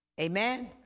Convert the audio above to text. Amen